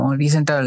recent